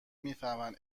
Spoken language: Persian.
میفهمن